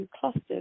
clusters